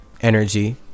energy